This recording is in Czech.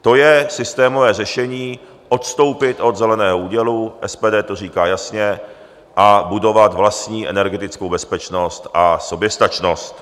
To je systémové řešení, odstoupit od Zeleného údělu, SPD to říká jasně, a budovat vlastní energetickou bezpečnost a soběstačnost.